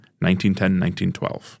1910-1912